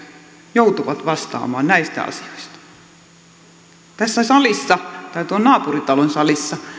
joutuvat vastaamaan näistä asioista tässä salissa tai tuon naapuritalon salissa